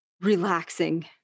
relaxing